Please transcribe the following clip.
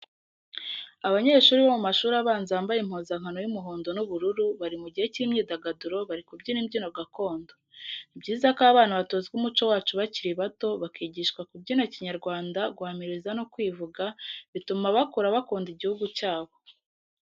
Abanyeshuri bo mu mashuri abanza bambaye impuzankano y'umuhondo n'ubururu, bari mu gihe cy'imyidagaduro, bari kubyina imbyino gakondo. ni byiza ko abana batozwa umuco wacu bakiri bato, bakigishwa kubyina kinyarwanda, guhamiriza no kwivuga, bituma kakura bakunda igihugu cyabo.